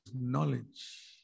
knowledge